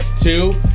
Two